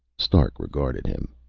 stark regarded him.